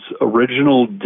original